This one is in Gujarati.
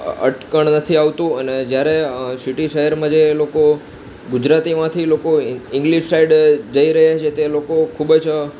અટકણ નથી આવતું અને જ્યારે સિટી શહેરમાં જે લોકો ગુજરાતીમાંથી લોકો ઇંગ્લિસ સાઈડ જઈ રહ્યાં છે તે લોકો ખૂબ જ